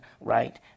right